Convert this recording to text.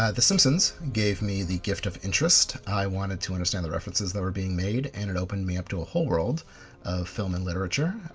ah the simpsons gave me the gift of interest. i wanted to understand the references that were being made and it opened me up to a whole world of film and literature.